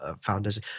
founders